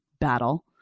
battle